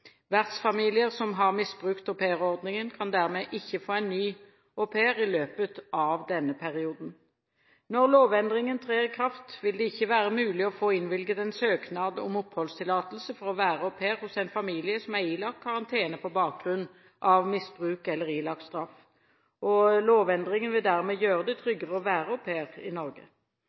Vertsfamilier som har misbrukt aupairordningen, kan dermed ikke få en ny au pair i løpet av denne perioden. Når lovendringen trer i kraft, vil det ikke være mulig å få innvilget en søknad om oppholdstillatelse for å være au pair hos en familie som er ilagt karantene på bakgrunn av misbruk eller ilagt straff. Lovendringen vil dermed gjøre det tryggere å være au pair i Norge.